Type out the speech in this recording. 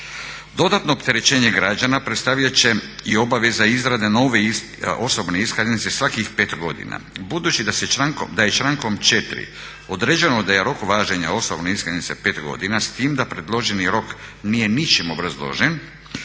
Dodatno opterećenje građana predstavljat će i obavijest za izrade nove osobe iskaznice svakih 5 godina. Budući da je člankom 4. određeno da je rok važenja osobne iskaznice 5 godina s tim da predloženi rok nije ničim obrazložen,